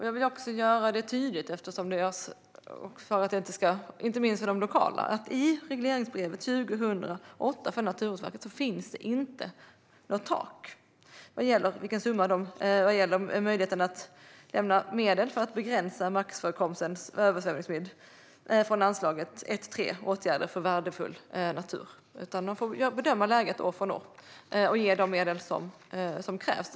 Jag vill göra det tydligt, inte minst för dem som berörs lokalt, att det i 2018 års regleringsbrev för Naturvårdsverket inte finns något tak vad gäller möjligheten att lämna medel för att begränsa massförekomsten av översvämningsmyggor från anslaget 1:3 Åtgärder för värdefull natur . Man får bedöma läget från år till år och ge de medel som krävs.